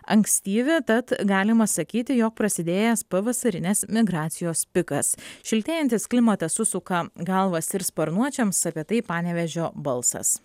ankstyvi tad galima sakyti jog prasidėjęs pavasarinės migracijos pikas šiltėjantis klimatas susuka galvas ir sparnuočiams apie tai panevėžio balsas